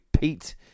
Pete